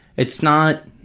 it's not,